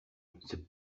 c’est